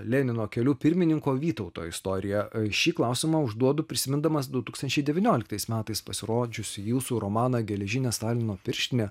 lenino keliu pirmininko vytauto istoriją šį klausimą užduodu prisimindamas du tūkstančiai devynioliktais metais pasirodžiusį jūsų romaną geležinė stalino pirštinė